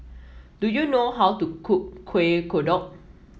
do you know how to cook Kueh Kodok